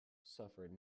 suffered